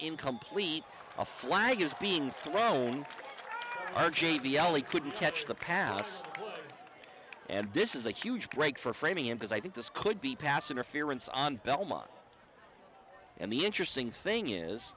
in complete a flag is being thrown by j v alley couldn't catch the pass and this is a huge break for framing him because i think this could be pass interference on belmont and the interesting